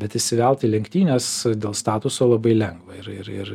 bet įsivelt į lenktynes dėl statuso labai lengva ir ir ir